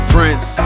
Prince